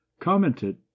commented